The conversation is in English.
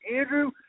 Andrew